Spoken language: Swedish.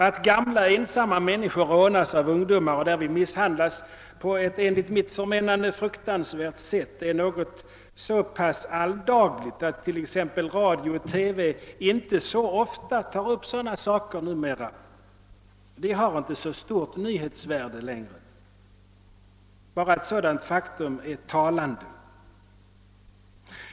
Att gamla ensamma människor rånas av ungdomar och därvid misshandlas på ett enligt mitt förmenande fruktansvärt sätt är något så pass alldagligt att t.ex. radio och TV inte så ofta tar upp sådana saker numera. De har inte så stort nyhetsvärde längre. Ett sådant faktum är talande.